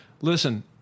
Listen